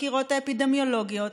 בחקירות האפידמיולוגיות,